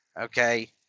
okay